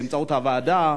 באמצעות הוועדה,